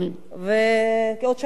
בעוד שלוש שנים.